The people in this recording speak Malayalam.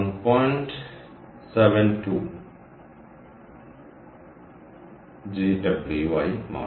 72 GW ആയി മാറും